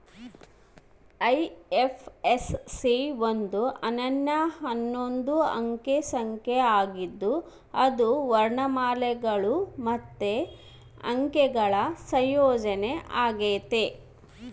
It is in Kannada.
ಐ.ಎಫ್.ಎಸ್.ಸಿ ಒಂದು ಅನನ್ಯ ಹನ್ನೊಂದು ಅಂಕೆ ಸಂಖ್ಯೆ ಆಗಿದ್ದು ಅದು ವರ್ಣಮಾಲೆಗುಳು ಮತ್ತೆ ಅಂಕೆಗುಳ ಸಂಯೋಜನೆ ಆಗೆತೆ